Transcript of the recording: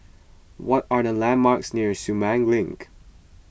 what are the landmarks near Sumang Link